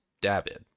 David